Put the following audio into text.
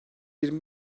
yirmi